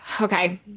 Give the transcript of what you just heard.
Okay